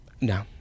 No